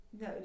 no